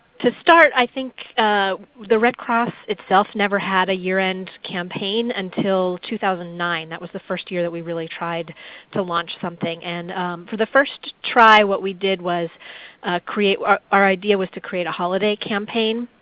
to start, i think the red cross itself never had a year-end campaign until two thousand and nine. that was the first year that we really tried to launch something. and for the first try what we did was create our our idea was to create a holiday campaign.